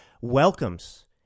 welcomes